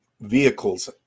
vehicles